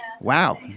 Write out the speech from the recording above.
wow